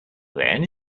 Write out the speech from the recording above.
then